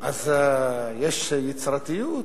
אז יש יצירתיות.